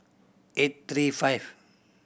eight three five